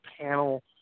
panel